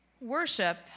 Worship